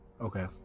Okay